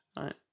Right